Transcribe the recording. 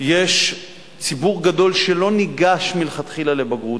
יש ציבור גדול שלא ניגש מלכתחילה לבגרות,